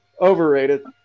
Overrated